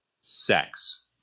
sex